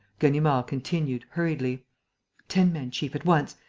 ganimard continued, hurriedly ten men, chief, at once.